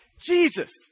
Jesus